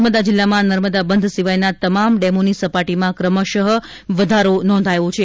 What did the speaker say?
નર્મદા જિલ્લામાં નર્મદા બંધ સિવાયના તમામ ડેમોની સપાટીમાં ક્રમશઃ વધારો નોંધાયો છે